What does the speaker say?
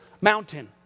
mountain